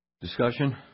Discussion